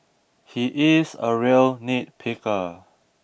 he is a real nitpicker